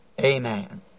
Amen